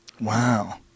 Wow